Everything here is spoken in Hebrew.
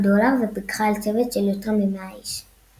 דולר ופיקחה על צוות של יותר ממאה איש.